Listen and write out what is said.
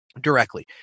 directly